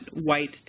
white